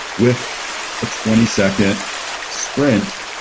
with a twenty second sprint,